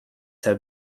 have